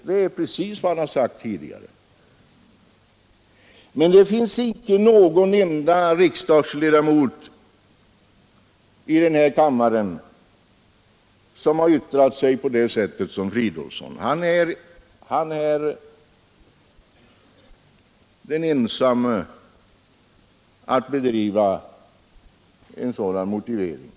Det är precis vad herr Fridolfsson har sagt tidigare. Men det finns icke någon enda ledamot av kammaren som har yttrat sig på samma sätt som herr Fridolfsson. Han är ensam om att driva en sådan motivering.